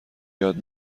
یاد